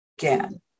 again